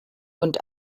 und